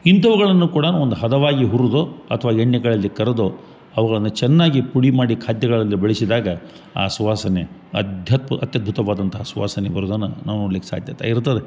ಇಂಥವುಗಳನ್ನು ಕೂಡ ಒಂದು ಹದವಾಗಿ ಹುರ್ದು ಅಥ್ವ ಎಣ್ಣೆಗಳಲ್ಲಿ ಕರ್ದೋ ಅವುಗಳನ್ನು ಚೆನ್ನಾಗಿ ಪುಡಿ ಮಾಡಿ ಖಾದ್ಯಗಳಲ್ಲಿ ಬಳಸಿದಾಗ ಆ ಸುವಾಸನೆ ಅಧ್ಯಪ್ ಅತ್ಯದ್ಭುತವಾದಂಥ ಸುವಾಸನೆ ಬರುದನ್ನ ನಾವು ನೋಡಲಿಕ್ಕೆ ಸಾಧ್ಯತೆ ಇರ್ತದೆ